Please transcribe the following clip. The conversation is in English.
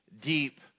deep